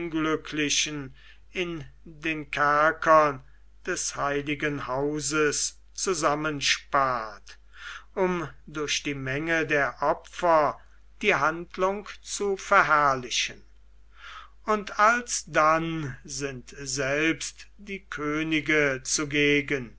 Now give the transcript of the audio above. unglücklichen in den kerkern des heiligen hauses zusammenspart um durch die menge der opfer die handlung zu verherrlichen und alsdann sind selbst die könige zugegen